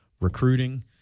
recruiting